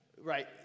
right